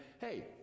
hey